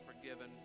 forgiven